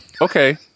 Okay